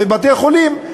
בבתי-חולים,